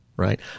Right